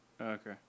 Okay